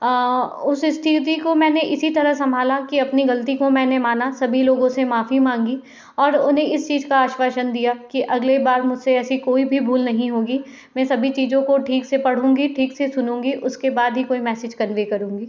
उस स्थिति को मैंने इसी तरह संभाला कि अपनी गलती को मैंने माना सभी लोगों से माफ़ी मांगी और उन्हें इस चीज़ का आश्वासन दिया कि अगले बार मुझसे ऐसी कोई भी भूल नहीं होगी मैं सभी चीज़ों को ठीक से पढूँगी ठीक से सुनूँगी उसके बाद ही कोई मैसेज कन्वे करूंगी